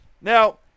Now